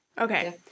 okay